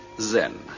Zen